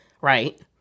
right